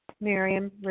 Miriam